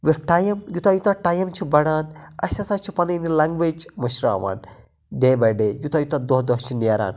with time یوٗتاہ یوٗتاہ time چھُ بَڑان اَسہِ ہَسا چھِ پَننٕی یہِ لینگویٚج مٔشراوان ڈے باے ڈے یوٗتاہ یوٗتاہ دۄہ دۄہ چھ نیران